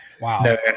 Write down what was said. Wow